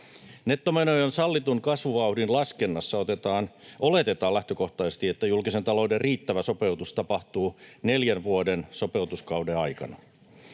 Nettomenojen sallitun kasvuvauhdin laskennassa oletetaan lähtökohtaisesti, että julkisen talouden riittävä sopeutus tapahtuu neljän vuoden sopeutuskauden aikana.